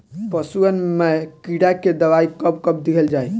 पशुअन मैं कीड़ा के दवाई कब कब दिहल जाई?